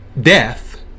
death